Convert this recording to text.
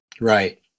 right